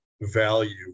value